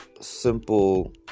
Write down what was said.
simple